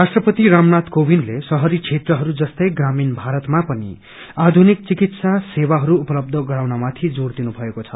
राष्ट्रपति रामनाथ कोविन्दले शहरी क्षेत्रहरू जस्तै ग्रामीण भारतमा पनि आधुनिक चिकित्सा सेवाहरू उपलब्ध गराउनमाथि जोड़ दिनुभएको छ